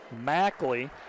Mackley